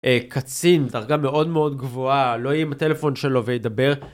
קצין, דרגה מאוד מאוד גבוהה, לא היא עם הטלפון שלו וידבר.